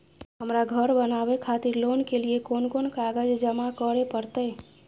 हमरा धर बनावे खातिर लोन के लिए कोन कौन कागज जमा करे परतै?